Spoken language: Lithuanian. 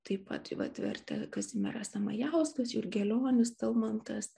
taip pat jį vat vertė kazimieras samajauskas jurgelionis talmantas